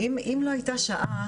אם לא הייתה שעה,